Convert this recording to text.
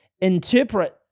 interpret